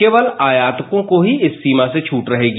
केवल आयातकों को इस सीमा से छूट रहेगी